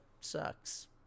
sucks